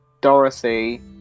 Dorothy